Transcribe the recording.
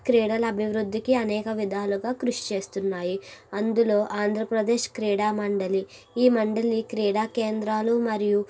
క్రీడల అభివృద్ధికి అనేక విధాలుగా కృషి చేస్తున్నాయి అందులో ఆంధ్రప్రదేశ్ క్రీడామండలి ఈ మండలి క్రీడాకేంద్రాలు మరియు